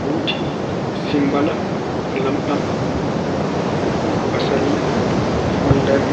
Buuti, simmbala lamɗam, bassalle, follere,